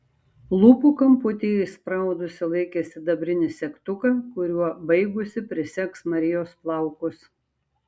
lūpų kamputyje įspraudusi laikė sidabrinį segtuką kuriuo baigusi prisegs marijos plaukus